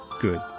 Good